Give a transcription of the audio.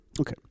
Okay